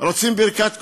רוצים ברכת כוהנות.